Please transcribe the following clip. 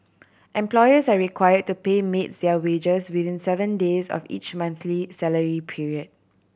employers are require to pay maids their wages within seven days of each monthly salary period